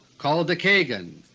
called the kagan,